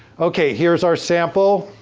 okay, here's our sample.